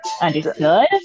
Understood